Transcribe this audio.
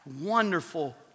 wonderful